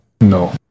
No